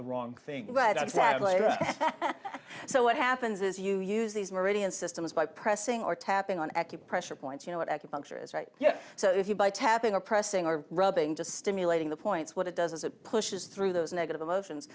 the wrong thing sadly so what happens is you use these meridians systems by pressing or tapping on acupressure points you know what acupuncture is right yes so if you by tapping are pressing or rubbing just stimulating the points what it does is it pushes through those negative emotions